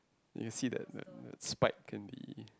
you see that that that spike in the